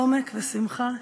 עומק ושמחה,